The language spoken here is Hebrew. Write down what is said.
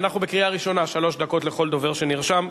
אנחנו בקריאה ראשונה, שלוש דקות לכל דובר שנרשם.